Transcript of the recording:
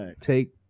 take